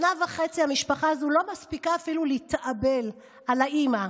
שנה וחצי המשפחה הזו לא מספיקה אפילו להתאבל על האימא,